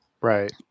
right